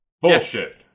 Bullshit